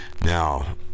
Now